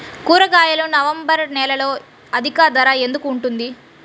కూరగాయలు నవంబర్ నెలలో అధిక ధర ఎందుకు ఉంటుంది?